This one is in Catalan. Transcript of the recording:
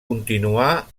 continuà